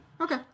okay